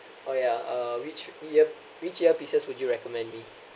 oh ya uh which ear which earpieces would you recommend me